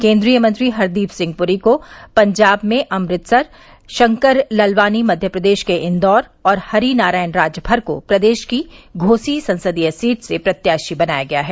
केन्द्रीय मंत्री हरदीप सिंह पुरी को पंजाब में अमृतसर शंकर ललवानी मध्यप्रदेश के इंदौर और हरीनारायण राजभर को प्रदेश की घोसी संसदीय सीट से प्रत्याशी बनाया गया है